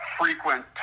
frequent